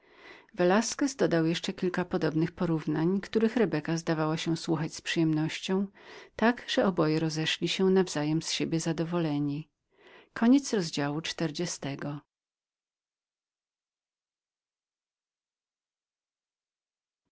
velasquez dodał jeszcze kilka podobnych porównań które rebeka udała że jak najdokładniej pojmuje tak że oboje rozeszli się nawzajem z siebie zadowoleni